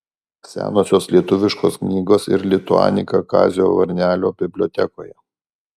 senosios lietuviškos knygos ir lituanika kazio varnelio bibliotekoje